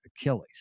Achilles